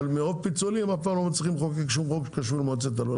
אבל מרוב פיצולים אף פעם לא מצליחים לחוקק שום חוק שקשור למועצת הלול.